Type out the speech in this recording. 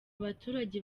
baturage